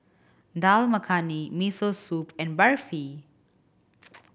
Dal Makhani Miso Soup and Barfi